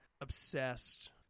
obsessed